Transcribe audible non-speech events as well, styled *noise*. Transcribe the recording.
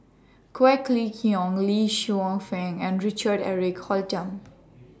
Quek Ling Kiong Li *unintelligible* and Richard Eric Holttum